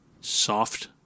soft